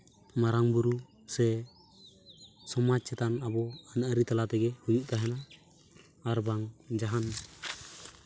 ᱢᱟᱨᱟᱝ ᱵᱩᱨᱩ ᱥᱮ ᱥᱚᱢᱟᱡᱽ ᱪᱮᱛᱟᱱ ᱟᱵᱚ ᱟᱹᱱᱼᱟᱹᱨᱤ ᱛᱟᱞᱟ ᱛᱮᱜᱮ ᱦᱩᱭᱩᱜ ᱛᱟᱦᱮᱱᱟ ᱟᱨ ᱵᱟᱝ ᱡᱟᱦᱟᱱ